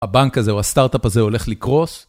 הבנק הזה או הסטארט-אפ הזה הולך לקרוס.